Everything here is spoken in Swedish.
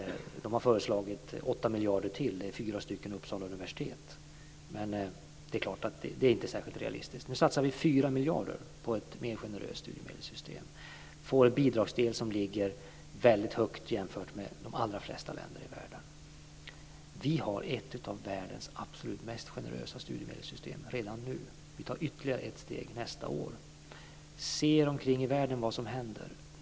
De har föreslagit 8 miljarder till. Det är detsamma som fyra stycken Uppsala universitet. Men det är inte särskilt realistiskt. Nu satsar vi fyra miljarder på ett mer generöst studiemedelssystem. Det blir en bidragsdel som ligger väldigt högt i jämförelse med de allra flesta länder i världen. Vi har ett av världens absolut mest generösa studiemedelssystem redan nu. Vi tar ytterligare ett steg nästa år. Se er omkring i världen på vad som händer.